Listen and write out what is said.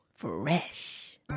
fresh